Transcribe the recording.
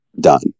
done